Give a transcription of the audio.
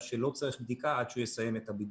כי לפחות על פי